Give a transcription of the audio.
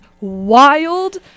wild